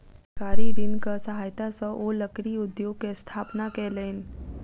सरकारी ऋणक सहायता सॅ ओ लकड़ी उद्योग के स्थापना कयलैन